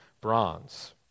bronze